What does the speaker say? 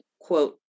quote